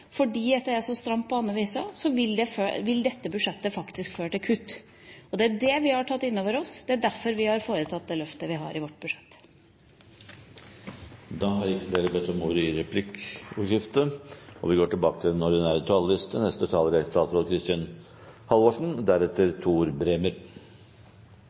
fordi budsjettet er så stramt på basisbevilgninger, fordi det er så stramt på andre vis, vil dette budsjettet faktisk føre til kutt. Det er det vi har tatt inn over oss. Det er derfor vi har foretatt det løftet vi har i vårt budsjett. Replikkordskiftet er omme. PISA-resultatene forteller ikke hele sannheten om norsk skole. Det gjør det ikke når pilen går opp, og ikke når pilen går ned. Men det har